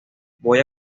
voy